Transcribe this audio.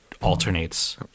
alternates